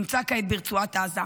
נמצא כעת ברצועת עזה,